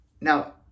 Now